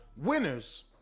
Winners